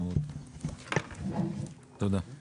והערכת מסוכנות הוראת שעה), התשפ"ב-2022